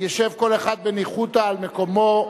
ישב כל אחד בניחותא על מקומו,